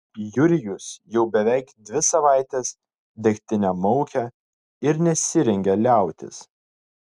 jurijus jau beveik dvi savaites degtinę maukia ir nesirengia liautis